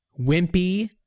Wimpy